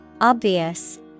Obvious